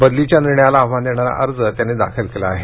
बदलीच्या निर्णयाला आव्हान देणारा अर्ज त्यांनी दाखल केला आहे